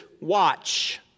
watch